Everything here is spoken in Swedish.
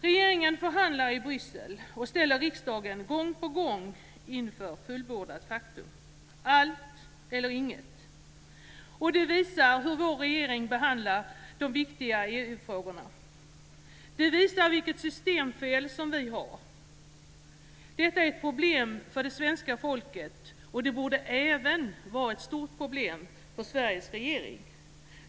Regeringen förhandlar i Bryssel och ställer gång på gång riksdagen inför fullbordat faktum - allt eller inget. Det visar hur vår regering behandlar de viktiga EU-frågorna. Det visar vilket systemfel vi har. Detta är ett problem för det svenska folket, och det borde även vara ett stort problem för Sveriges regering.